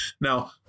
Now